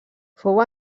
fou